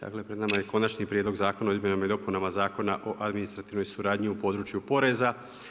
Dakle, pred nama je Konačni prijedlog o izmjenama i dopunama Zakona o administrativnoj suradnji u području poreza.